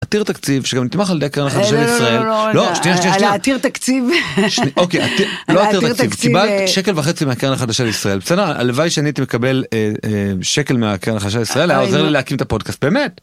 עתיר תקציב שגם נתמך על ידי הקרן החדשה לישראל. שקל וחצי מהקרן החדשה לישראל.